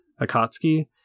Akatsuki